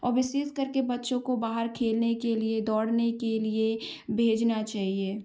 और विशेष करके बच्चों को बाहर खेलने के लिए दौड़ने के लिए भेजना चाहिए